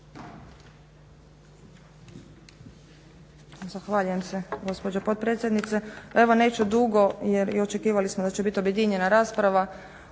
Zahvaljujem se gospođo potpredsjednice. Evo neću dugo jer očekivali smo da će biti objedinjena rasprava